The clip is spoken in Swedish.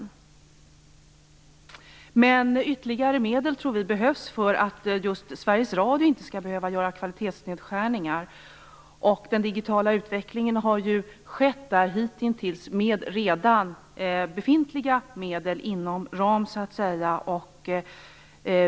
Vi tror dock att ytterligare medel behövs för att Sveriges Radio inte skall behöva göra kvalitetsnedskärningar. Den digitala utvecklingen har ju hittills skett med redan befintliga medel inom ram.